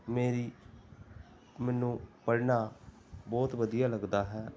ਮੇਰੀ ਮੈਨੂੰ ਪੜ੍ਹਨਾ ਬਹੁਤ ਵਧੀਆ ਲੱਗਦਾ ਹੈ